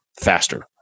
faster